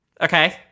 Okay